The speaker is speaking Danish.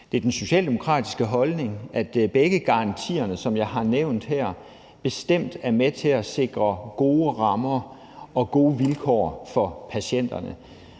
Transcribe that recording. er det den socialdemokratiske holdning, at begge garantierne, som jeg har nævnt her, bestemt er med til at sikre gode rammer og gode vilkår for patienterne.